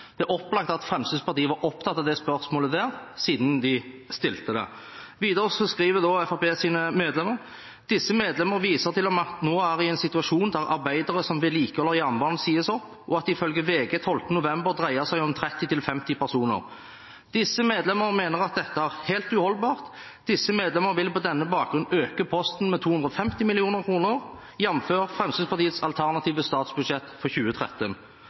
Det er opplagt at Fremskrittspartiet var opptatt av det spørsmålet siden de stilte det. Videre skriver Fremskrittspartiets medlemmer: «Disse medlemmer viser til at nå er vi i en situasjon der arbeidere som vedlikeholder jernbanen sies opp, og at det ifølge VG 12. november dreier seg om 30 til 50 personer. Disse medlemmer mener at dette er helt uholdbart. Disse medlemmer vil på denne bakgrunn øke posten med 250 mill. kroner, jf. Fremskrittspartiets alternative statsbudsjett for 2013.